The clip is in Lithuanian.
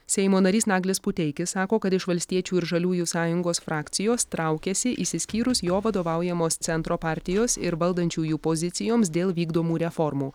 seimo narys naglis puteikis sako kad iš valstiečių ir žaliųjų sąjungos frakcijos traukiasi išsiskyrus jo vadovaujamos centro partijos ir valdančiųjų pozicijoms dėl vykdomų reformų